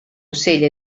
ocell